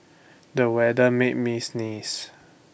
the weather made me sneeze